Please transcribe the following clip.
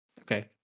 okay